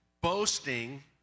boasting